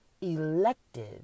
elected